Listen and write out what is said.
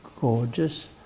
gorgeous